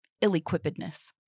ill-equippedness